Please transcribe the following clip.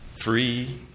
three